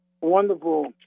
wonderful